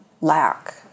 lack